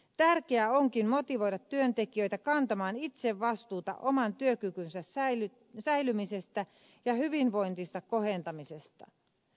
tärkeää onkin motivoida työntekijöitä kantamaan itse vastuuta oman työkykynsä säilymisestä ja hyvinvointinsa kohentamisesta